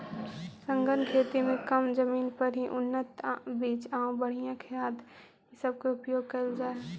सघन खेती में कम जमीन पर ही उन्नत बीज आउ बढ़ियाँ खाद ई सब के उपयोग कयल जा हई